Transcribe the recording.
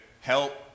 help